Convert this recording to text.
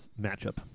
matchup